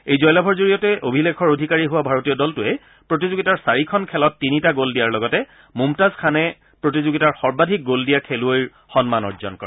এই জয়লাভৰ জৰিয়তে অভিলেখৰ অধিকাৰী হোৱা ভাৰতীয় দলটোৱে প্ৰতিযোগিতাৰ চাৰিখন খেলত তিনিটা গ'ল দিয়াৰ লগতে মূমতাজ খানে প্ৰতিযোগিতাৰ সৰ্বাধিক গ'ল দিয়া খেলুৱৈৰ সন্মান অৰ্জন কৰে